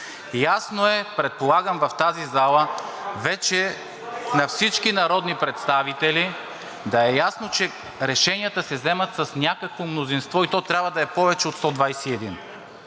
Ясно е, предполагам, вече на всички народни представители в тази зала, че решенията се вземат с някакво мнозинство и то трябва да е повече от 121.